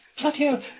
Bloody